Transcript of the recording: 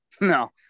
no